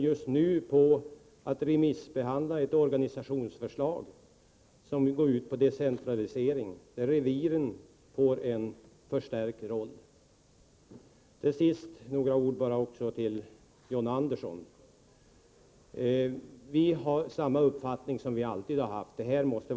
Just nu remissbehandlas ett organisationsförslag som går ut på decentralisering, och där får reviren en förstärkt roll. Till sist några ord till John Andersson. Vi har samma uppfattning som vi alltid har haft om entreprenörverksamheter.